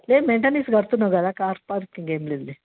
ఏ maintenance కడుతున్నావు కదా car parking ఏమి లేదు